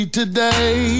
today